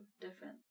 different